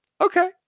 okay